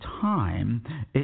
time